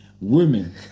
women